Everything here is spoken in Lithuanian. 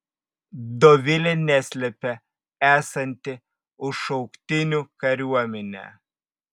dovilė neslepia esanti už šauktinių kariuomenę